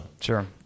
Sure